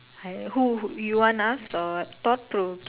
I who you want us or thought provoking